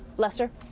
lester?